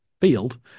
field